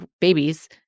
babies